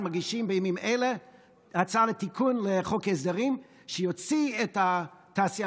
מגישים בימים אלה הצעה לתיקון לחוק ההסדרים שיוציא את התעשייה